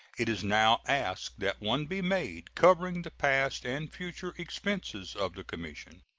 it is now asked that one be made covering the past and future expenses of the commission.